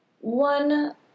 one